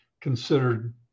considered